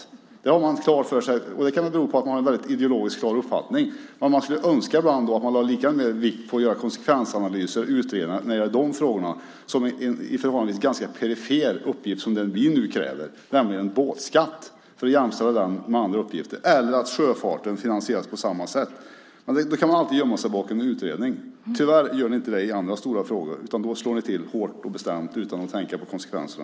Där har man det hela väldigt klart för sig, och det kan väl bero på att man har en väldigt ideologiskt klar uppfattning. Vad jag skulle önska ibland är att man lade lika stor vikt vid att göra konsekvensanalyser och utredningar om dessa frågor som när det gäller en förhållandevis ganska perifer uppgift som den vi nu kräver, nämligen att införa båtskatt, för att jämställa den med andra uppgifter, eller att låta sjöfarten finansieras på samma sätt. Här kan man alltid gömma sig bakom en utredning. Tyvärr gör man inte det i andra stora frågor, utan där slår man till hårt och bestämt utan att tänka på konsekvenserna.